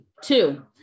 Two